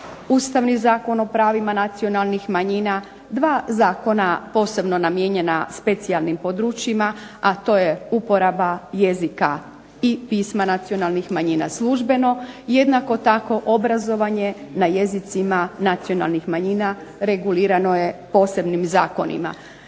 Ustavni zakon o pravima nacionalnih manjina, dva zakona posebno namijenjena specijalnim područjima a to je uporaba jezika i pisma nacionalnih manjina službeno, jednako tako obrazovanje na jezicima nacionalnih manjina regulirano je posebnim zakonima.